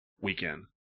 weekend